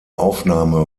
aufnahme